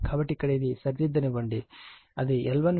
కాబట్టి ఇక్కడ ఇది సరిదిద్దనివ్వండి అది L1 విలువ 2